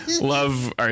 love